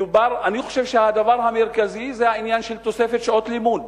אני חושב שהדבר המרכזי זה העניין של תוספת שעות לימוד,